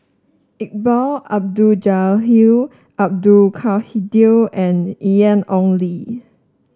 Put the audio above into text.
Iqbal Abdul Jalil Hill Abdul Kadir and Ian Ong Li